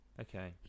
Okay